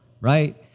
right